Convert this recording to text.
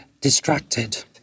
distracted